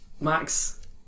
Max